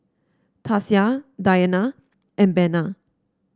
Tasia Dianna and Bena